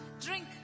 drink